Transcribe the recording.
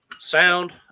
Sound